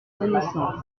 connaissance